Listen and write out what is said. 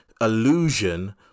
illusion